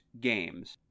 games